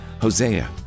Hosea